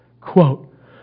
Quote